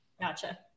gotcha